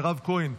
מירב כהן,